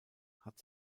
hat